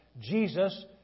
Jesus